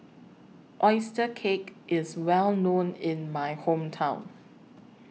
Oyster Cake IS Well known in My Hometown